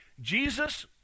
Jesus